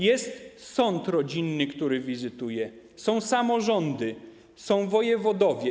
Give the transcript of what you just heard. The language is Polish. Jest sąd rodzinny, który wizytuję, są samorządy, są wojewodowie.